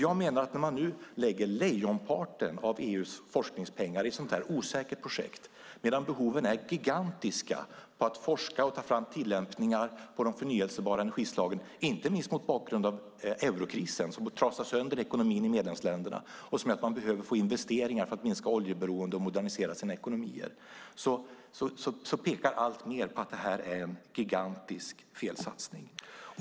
Jag menar att när man nu lägger lejonparten av EU:s forskningspengar i ett sådant osäkert projekt medan behoven är gigantiska av forskning för att ta fram tillämpningar när det gäller de förnybara energislagen, inte minst mot bakgrund av eurokrisen som trasar sönder ekonomin i medlemsländerna och som gör att man behöver få investeringar för att minska oljeberoende och modernisera sina ekonomier, pekar alltmer på att detta är en gigantisk felsatsning.